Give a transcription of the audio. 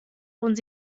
und